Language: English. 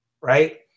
right